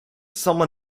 samma